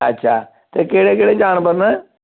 अच्छा ते केह्ड़े केह्ड़े जानवर न